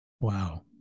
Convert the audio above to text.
Wow